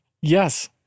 Yes